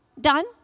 done